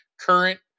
current